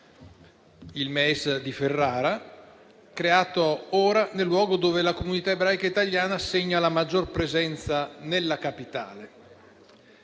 (MEIS) di Ferrara, creato ora nel luogo dove la comunità ebraica italiana segna la maggior presenza nella capitale.